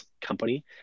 company